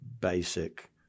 basic